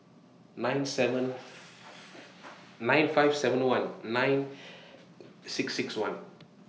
nine five seven one nine six six one